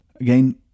Again